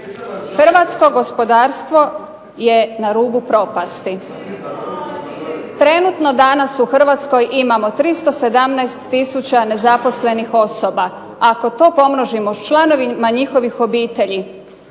Hrvatsko gospodarstvo je na rubu propasti, trenutno danas u Hrvatskoj imamo 317 tisuća nezaposlenih osoba. Ako to pomnožimo s članovima njihovih obitelji